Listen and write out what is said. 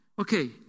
okay